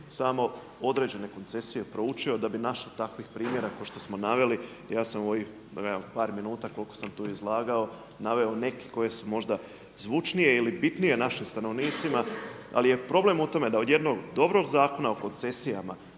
samo određene koncesije proučio da bi našli takvih primjera kao što smo naveli, ja sam u ovih par minuta koliko sam tu izlagao naveo neke koji su možda zvučnije ili bitnije našim stanovnicima, ali je problem u tome da od jednog dobrog Zakona o koncesijama